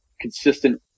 consistent